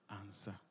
answer